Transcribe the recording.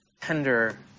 tender